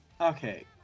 Okay